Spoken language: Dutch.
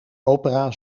opera